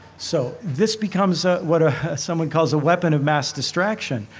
so this becomes ah what ah someone calls a weapon of mass distraction.